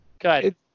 good